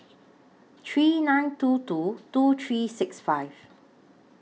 three nine two two two three six five